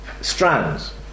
strands